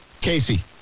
Casey